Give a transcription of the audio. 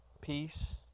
peace